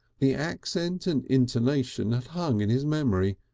the accent and intonation had hung in his memory,